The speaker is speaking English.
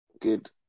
Good